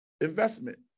investment